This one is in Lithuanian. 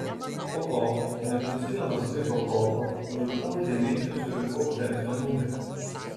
po to neklausydamas sveiko proto nulipau žemyn ir surinkau frensio numerį